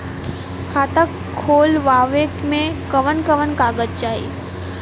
खाता खोलवावे में कवन कवन कागज चाही?